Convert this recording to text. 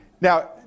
Now